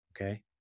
okay